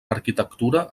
arquitectura